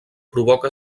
provoca